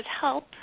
help